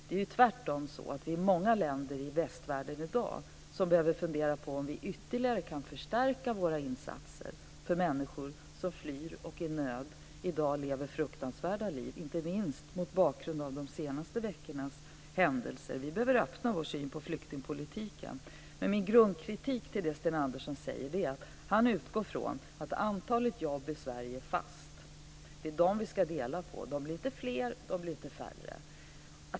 Det är tvärtom så att vi är många länder i västvärlden i dag som behöver fundera på om vi ytterligare ska förstärka våra insatser för människor som flyr, är i nöd och lever fruktansvärda liv - inte minst mot bakgrund mot de senaste veckornas händelser. Vi behöver öppna upp vår syn på flyktingpolitiken. Min grundkritik mot det Sten Andersson säger gäller att han utgår från att antalet jobb i Sverige är fast. Det är dem vi ska dela på. De blir inte fler. De blir inte färre.